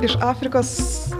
iš afrikos